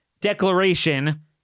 declaration